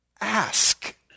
ask